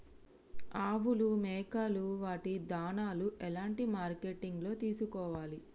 ఆవులు మేకలు వాటి దాణాలు ఎలాంటి మార్కెటింగ్ లో తీసుకోవాలి?